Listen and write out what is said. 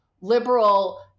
liberal